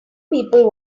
people